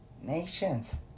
nations